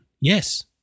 Yes